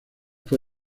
fue